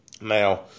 Now